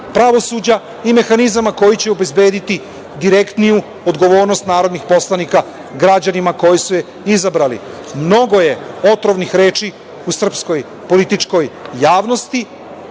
pravosuđa i mehanizama koji će obezbediti direktniju odgovornost narodnih poslanika građanima koji su je izabrali. Mnogo je otrovnih reči u srpskoj političkoj javnosti.